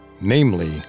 namely